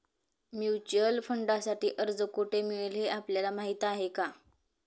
Mutual फंडांसाठी अर्ज कोठे मिळेल हे आपल्याला माहीत आहे का?